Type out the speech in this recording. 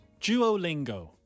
Duolingo